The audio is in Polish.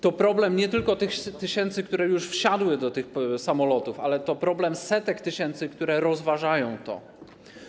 To problem nie tylko tych tysięcy, które już wsiadły do tych samolotów, ale to problem setek tysięcy, które rozważają to.